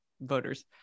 voters